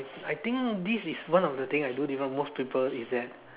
I think this is one of the thing I do different most people is that